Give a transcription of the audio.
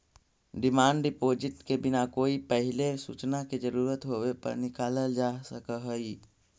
demand deposit के बिना कोई पहिले सूचना के जरूरत होवे पर निकालल जा सकऽ हई